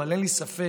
אבל אין לי ספק